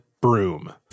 broom